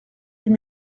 huit